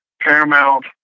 Paramount